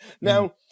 Now